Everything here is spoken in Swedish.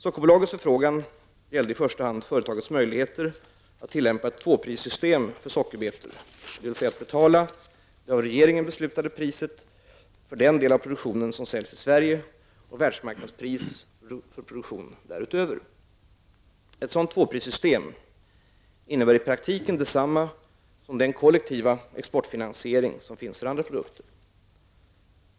Sockerbolagets förfrågan gällde i första hand företagets möjligheter att tillämpa ett tvåprissystem för sockerbetor, dvs. att betala det av regeringen beslutade priset för den del av produktionen som säljs i Sverige och världsmarknadspris för produktion därutöver. Ett sådant tvåprissystem innebär i praktiken detsamma som den kollektiva exportfinansiering som finns för andra produkter.